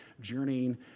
journeying